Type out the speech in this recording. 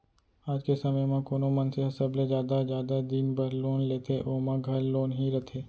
आज के समे म कोनो मनसे ह सबले जादा जादा दिन बर लोन लेथे ओमा घर लोन ही रथे